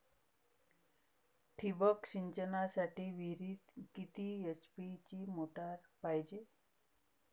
ठिबक सिंचनासाठी विहिरीत किती एच.पी ची मोटार पायजे?